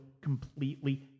completely